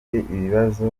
ibibazo